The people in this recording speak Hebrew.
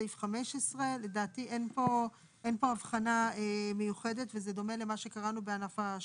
סעיף 15. לדעתי אין פה הבחנה מיוחדת וזה דומה למה שקראנו בענף השמירה.